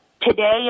today